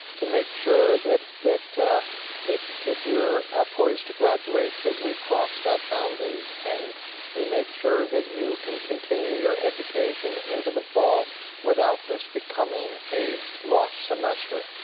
to make sure that that if if you're poised to graduate, that we cross that boundary and we make sure that you can continue your education into the fall without this becoming a lost semester.